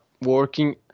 working